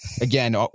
Again